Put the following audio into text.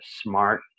smart